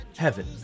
heaven